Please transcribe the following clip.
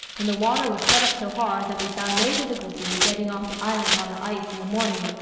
and the water was shut up so hard that we found no difficulty in getting off the island on the ice in the morning,